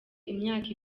imyaka